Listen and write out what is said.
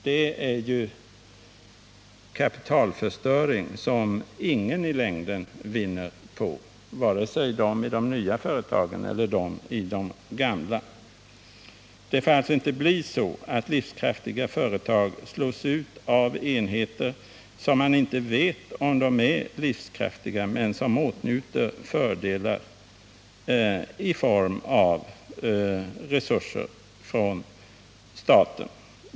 Det är en kapitalförstöring som i längden ingen vinner på, varken i de nya företagen eller i de gamla. Det får alltså inte bli så att livskraftiga slås ut av enheter som åtnjuter fördelar i form av resurser från staten, trots att man inte vet om dessa andra enheter kommer att vara livskraftiga.